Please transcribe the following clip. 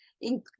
include